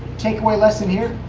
take away lesson here?